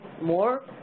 more